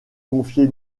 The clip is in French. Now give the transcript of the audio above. confiée